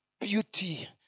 beauty